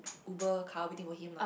uber car waiting for him lah